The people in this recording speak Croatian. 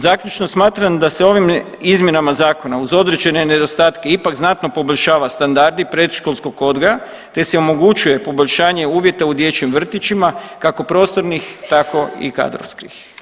Zaključno, smatram da se ovim izmjenama zakona uz određene nedostatke ipak znatno poboljšava standard predškolskog odgoja te se omogućuje poboljšanje uvjeta u dječjim vrtićima kako prostornih tako i kadrovskih.